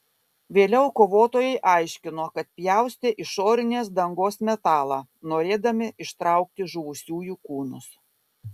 vėliau kovotojai aiškino kad pjaustė išorinės dangos metalą norėdami ištraukti žuvusiųjų kūnus